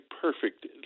perfect